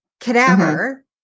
cadaver